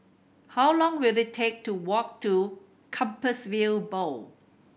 how long will it take to walk to Compassvale Bow